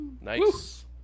Nice